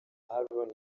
aaron